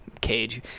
cage